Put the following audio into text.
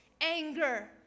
anger